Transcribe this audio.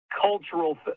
cultural